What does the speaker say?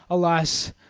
alas!